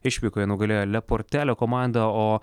išvykoje nugalėjo leportelio komandą o